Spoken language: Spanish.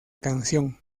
canción